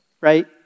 Right